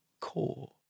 core